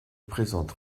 présente